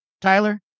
Tyler